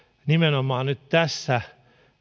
nimenomaan nyt tässä